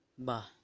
bah